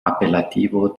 appellativo